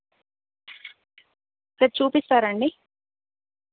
ఒకసారి చూపిస్తారా అండి